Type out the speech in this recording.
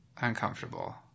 uncomfortable